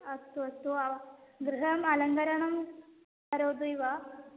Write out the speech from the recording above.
अस्तु अस्तु गृहम् अलङ्करणं करोति वा